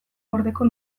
gordeko